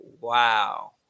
wow